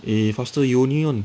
eh faster you the only one